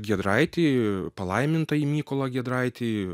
giedraitį palaimintąjį mykolą giedraitį